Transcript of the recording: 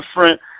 different